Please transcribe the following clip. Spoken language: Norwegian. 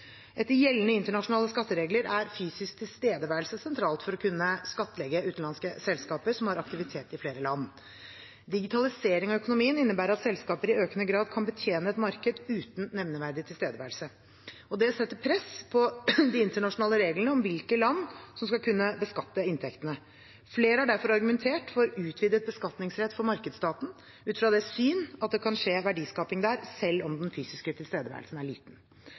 Etter gjeldende internasjonale skatteregler er fysisk tilstedeværelse sentralt for å kunne skattlegge utenlandske selskaper som har aktivitet i flere land. Digitalisering av økonomien innebærer at selskaper i økende grad kan betjene et marked uten nevneverdig tilstedeværelse. Det setter press på de internasjonale reglene om hvilke land som skal kunne beskatte inntektene. Flere har derfor argumentert for utvidet beskatningsrett for markedsstaten, ut fra det syn at det kan skje verdiskaping der selv om den fysiske tilstedeværelsen er liten.